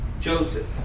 Joseph